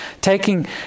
taking